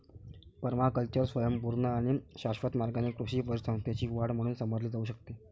पर्माकल्चरला स्वयंपूर्ण आणि शाश्वत मार्गाने कृषी परिसंस्थेची वाढ म्हणून समजले जाऊ शकते